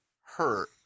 hurt